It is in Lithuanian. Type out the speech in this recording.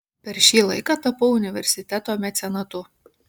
per šį laiką tapau universiteto mecenatu